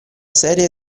serie